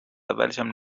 اولشم